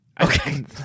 Okay